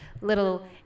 little